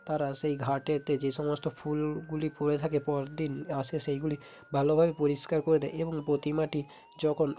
তারা সেই ঘাটেতে যে সমস্ত ফুলগুলি পড়ে থাকে পরদিন আসে সেইগুলি ভালোভাবে পরিষ্কার করে দেয় এবং প্রতিমাটি যখন